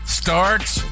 starts